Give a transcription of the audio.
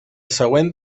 següent